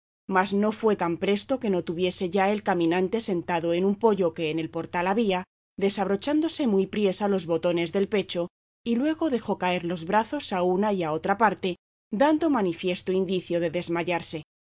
mas no fue tan presto que no estuviese ya el caminante sentado en un poyo que en el portal había desabrochándose muy apriesa los botones del pecho y luego dejó caer los brazos a una y a otra parte dando manifiesto indicio de desmayarse